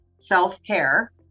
self-care